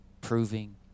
proving